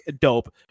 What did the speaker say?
dope